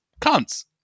cunts